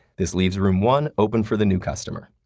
this leaves room one open for the new customer.